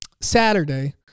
Saturday